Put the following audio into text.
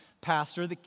pastor